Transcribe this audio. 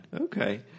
Okay